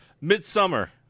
Midsummer